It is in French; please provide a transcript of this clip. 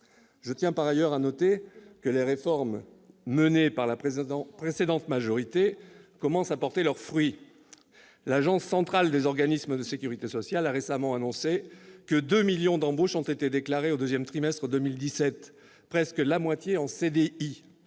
Je tiens par ailleurs à souligner que les réformes menées par la précédente majorité commencent à porter leurs fruits. L'Agence centrale des organismes de sécurité sociale, l'ACOSS, a récemment annoncé que 2 millions d'embauches ont été déclarées au deuxième trimestre de 2017, dont près de la moitié en CDI.